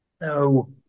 No